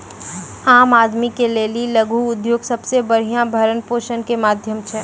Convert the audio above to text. आम आदमी के लेली लघु उद्योग सबसे बढ़िया भरण पोषण के माध्यम छै